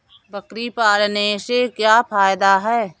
बकरी पालने से क्या फायदा है?